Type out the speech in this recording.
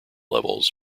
levels